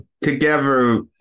together